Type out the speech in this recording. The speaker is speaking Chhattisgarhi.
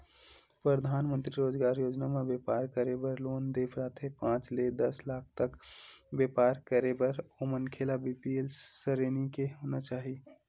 परधानमंतरी रोजगार योजना म बेपार करे बर लोन दे जाथे पांच ले दस लाख तक बेपार करे बर ओ मनखे ल बीपीएल सरेनी के होना चाही